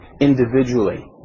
individually